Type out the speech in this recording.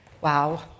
Wow